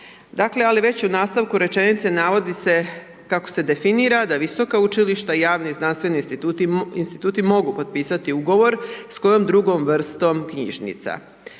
Dakle ali već u nastavku rečenice navodi se kako se definira da visoka učilišta i javni znanstveni instituti mogu potpisati ugovor sa kojom drugom vrstom knjižnica.